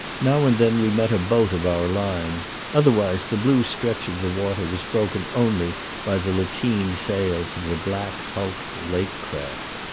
now and then we met a boat of our line otherwise the blue stretch of the water was broken only by the lateen-sails of the black-hulked lake craft.